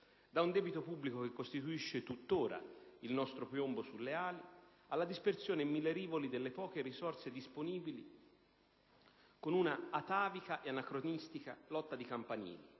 da un debito pubblico che tuttora costituisce il nostro piombo sulle ali alla dispersione in mille rivoli delle poche risorse disponibili con un'atavica e anacronistica lotta di campanili,